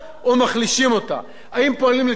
האם פועלים לטובת הצורך הציבורי,